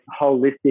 holistic